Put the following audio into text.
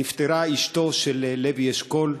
נפטרה אשתו של לוי אשכול,